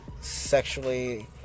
sexually